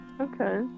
Okay